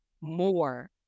more